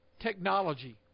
technology